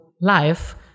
life